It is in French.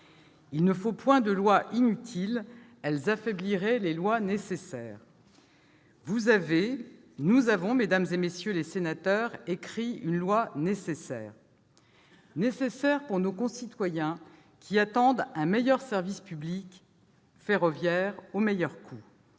Il ne faut point de lois inutiles ; elles affaibliraient les lois nécessaires. » Vous avez, nous avons, mesdames, messieurs les sénateurs, écrit une loi nécessaire : nécessaire pour nos concitoyens, qui attendent un meilleur service public ferroviaire, au meilleur coût